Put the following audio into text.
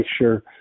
sure